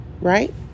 right